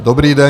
Dobrý den.